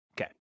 Okay